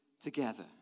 together